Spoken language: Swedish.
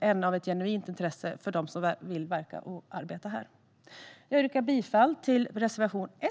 än av ett genuint intresse för dem som vill verka och arbeta här. Herr ålderspresident! Jag yrkar bifall till reservation 1.